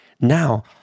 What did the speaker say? Now